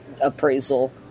appraisal